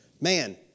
man